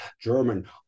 German